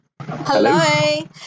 Hello